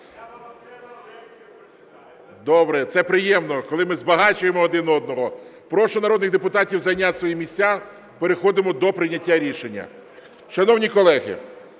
Добре. Це приємно, коли ми збагачуємо один одного. Прошу народних депутатів зайняти свої місця. Переходимо до прийняття рішення. Шановні колеги,